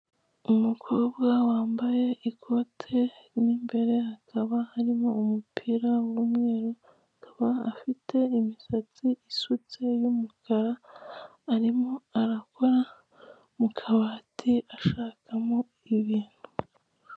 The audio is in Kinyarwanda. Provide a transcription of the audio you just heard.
Umukobwa wambaye ikote, mo imbere akaba arimo umupira w'umweru, akaba afite imisatsi isutse y'umukara, arimo arakora mu kabati ashakamo ibintu.